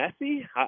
messy